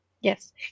Yes